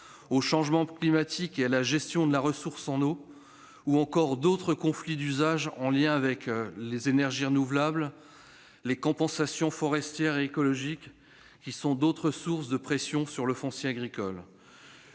au changement climatique et à la gestion de la ressource en eau ; ou encore à d'autres conflits d'usage, en lien avec les énergies renouvelables et les compensations forestières et écologiques, qui sont d'autres sources de pression sur le foncier agricole.